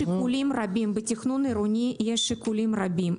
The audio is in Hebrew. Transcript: בתכנון עירוני יש שיקולים רבים.